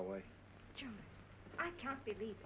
away i can't believe